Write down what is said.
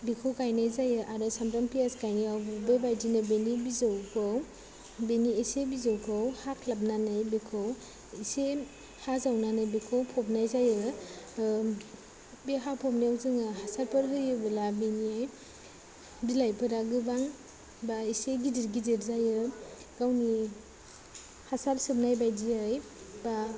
बेखौ गायनाय जायो आरो सामब्राम पियाज गायनायावबो बेबायदिनो बेनि बिजौखौ बेनि एसे बिजौखौ हाख्लाबनानै बेखौ एसे हा जावनानै बेखौ फबनाय जायो बे हा फबनायाव जोङो हासारफोर होयोबोला बेनि बिलाइफोरा गोबां बा एसे गिदिर गिदिर जायो गावनि हासार सोबनाय बायदियै बा